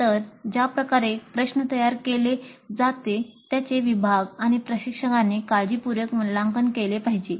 मूळ समस्येचे वास्तववादी समाधान देणारी हे चांगल्या गुणवत्तेचे उत्पादन असले पाहिजे